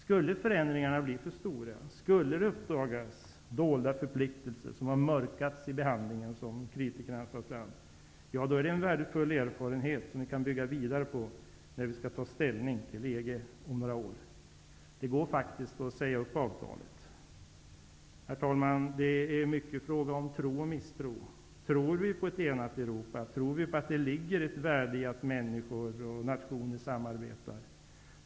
Skulle förändringarna bli för stora, och skulle det uppdagas dolda förpliktelser, som har ''mörkats'' i EES-behandlingen, vilket kritikerna framför, är det en värdefull erfarenhet som vi kan bygga vidare på när vi skall ta ställning till EG om några år. Det går faktiskt att säga upp avtalet. Herr talman! Det är mycket fråga om tro och misstro. Tror vi på ett enat Europa? Tror vi på att det ligger ett värde i att människor och nationer samarbetar?